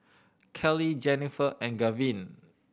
Keli Jenifer and Gavyn